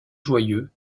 joyeux